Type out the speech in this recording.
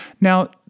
Now